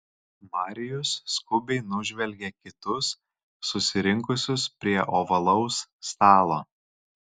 marijus skubiai nužvelgė kitus susirinkusius prie ovalaus stalo